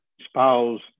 spouse